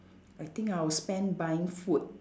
I think I will spend buying food